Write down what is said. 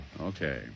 Okay